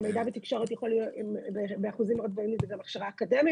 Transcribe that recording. למידע ותקשורת יכול להיות באחוזים מאוד גבוהים זה גם הכשרה אקדמית.